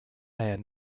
maher